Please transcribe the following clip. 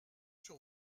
sur